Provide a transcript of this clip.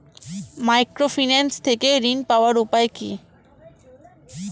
Microfinance থেকে ঋণ পাওয়ার উপায় কি?